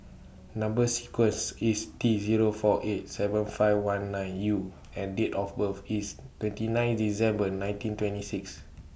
Number sequence IS T Zero four eight seven five one nine U and Date of birth IS twenty nine December nineteen twenty six